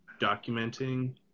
documenting